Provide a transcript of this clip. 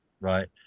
right